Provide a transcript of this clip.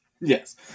Yes